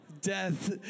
Death